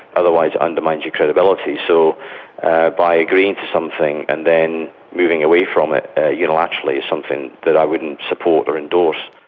otherwise it undermines your credibility. so by agreeing to something and then moving away from it unilaterally is something that i wouldn't support or endorse.